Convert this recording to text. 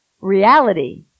reality